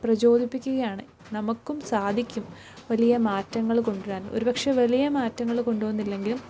പ്രജോദിപ്പിക്കുകയാണ് നമുക്കും സാധിക്കും വലിയ മാറ്റങ്ങൾ കൊണ്ടുവരാൻ ഒരുപക്ഷെ വലിയ മാറ്റങ്ങൾ കൊണ്ടുവന്നില്ലെങ്കിലും